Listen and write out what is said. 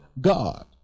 God